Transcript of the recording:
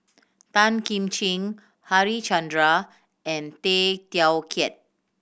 Tan Kim Ching Harichandra and Tay Teow Kiat